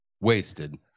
Wasted